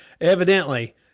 evidently